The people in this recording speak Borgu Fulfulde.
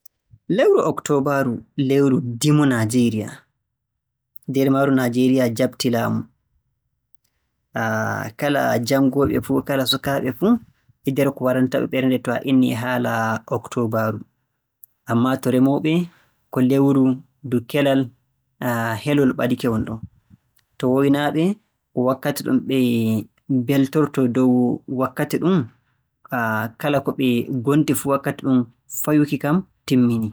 Lewu Oktobaaru, lewru Ndimu Naajeeriya, nder maaru Naajeeriya jaɓti laamu. kala janngooɓe fuu, kala sukaaɓe fuu e nder ko waranta-ɓe ɓernde so a innii Oktoobaaru. Ammaa to remooɓe ko lewru ndu kelal helol ɓadike wonɗon. To waynaaɓe wakkati ɗum ɓe mbeltortoo dow wakkati ɗum kala ko ɓe ngonndi fuu wakkati ɗum, fayuki kam timminii.